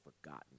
forgotten